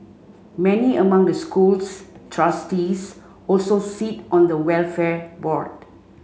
many among the school's trustees also sit on the welfare board